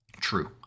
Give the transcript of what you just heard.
True